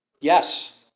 Yes